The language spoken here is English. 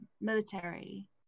military